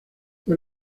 fue